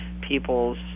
people's